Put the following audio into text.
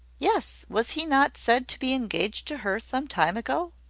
yes was he not said to be engaged to her, some time ago?